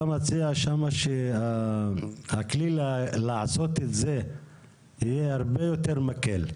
אתה מציע שהכלי לעשות את זה יהיה הרבה יותר מקל,